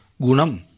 Gunam